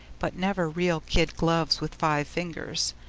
but never real kid gloves with five fingers.